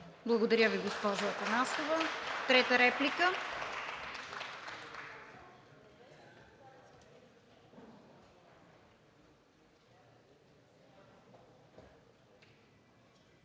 Благодаря Ви, госпожо Атанасова. Трета реплика?